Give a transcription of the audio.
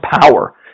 power